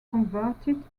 converted